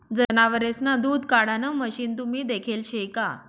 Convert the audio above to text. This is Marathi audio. जनावरेसना दूध काढाण मशीन तुम्ही देखेल शे का?